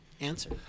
answer